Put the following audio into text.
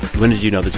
when did you know that